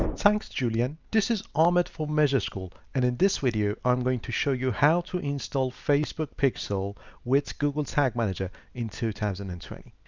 thanks, julian. this is ahmad for measureschool. and in this video, i'm going to show you how to install facebook pixel with google tag manager in two thousand and and twenty.